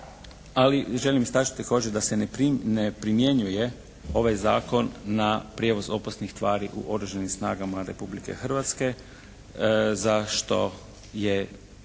ali želim istaći također da se ne primjenjuje ovaj zakon na prijevoz opasnih tvari u oružanim snagama Republike Hrvatske za što je,